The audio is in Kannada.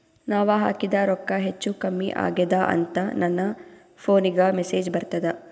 ನಾವ ಹಾಕಿದ ರೊಕ್ಕ ಹೆಚ್ಚು, ಕಮ್ಮಿ ಆಗೆದ ಅಂತ ನನ ಫೋನಿಗ ಮೆಸೇಜ್ ಬರ್ತದ?